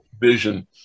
vision